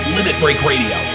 LimitBreakRadio